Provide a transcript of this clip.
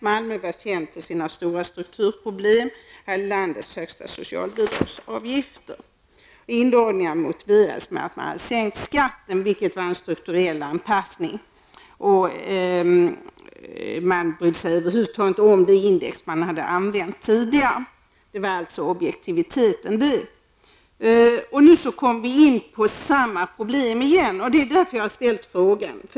Malmö var känt för sina stora strukturproblem och hade landets högsta socialbidragsutgifter. Indragningarna motiverades med att man hade sänkt skatten, vilket var en strukturell anpassning. Över huvud taget brydde man sig inte om det index som man hade använt tidigare -- så var det alltså med objektiviteten! Nu kommer vi in på samma problem igen, och det är därför som jag har frågat om dessa saker.